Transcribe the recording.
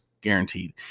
guaranteed